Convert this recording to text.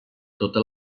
totes